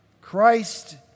Christ